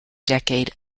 decade